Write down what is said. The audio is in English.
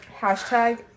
Hashtag